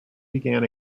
began